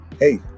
Hey